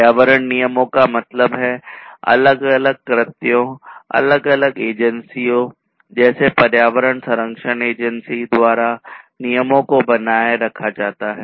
पर्यावरण नियमों का मतलब है अलग अलग कृत्यों अलग अलग एजेंसियों जैसे पर्यावरण संरक्षण एजेंसी द्वारा नियमों को बनाए रखा जाता है